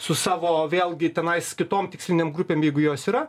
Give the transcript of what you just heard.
su savo vėlgi tenais kitom tikslinėm grupėm jeigu jos yra